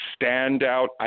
standout